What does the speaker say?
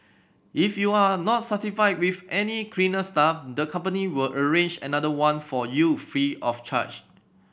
if you are not satisfied with any cleaner staff the company will arrange another one for you free of charge